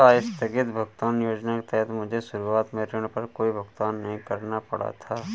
आस्थगित भुगतान योजना के तहत मुझे शुरुआत में ऋण पर कोई भुगतान नहीं करना पड़ा था